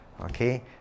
Okay